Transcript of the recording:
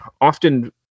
often